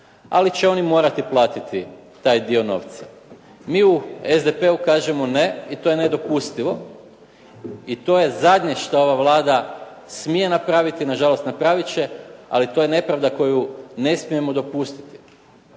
ali će oni morati platiti taj dio novca. Mi u SDP-u kažemo ne i to je nedopustivo i to je zadnje što ova Vlada smije napraviti, nažalost napravit će, ali to je nepravda koju ne smijemo dopustiti.